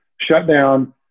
shutdown